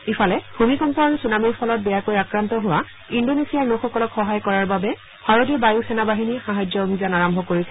ইফালে ভূমিকম্প আৰু চুনামিৰ ফলত বেয়াকৈ আক্ৰান্ত হোৱা ইণ্ডোনেছিয়াৰ লোকসকলক সহায় কৰাৰ বাবে ভাৰতীয় বায়ু সেনাবাহিনীয়ে সাহায্য অভিযান আৰম্ভ কৰিছে